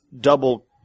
double